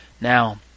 Now